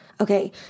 Okay